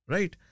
Right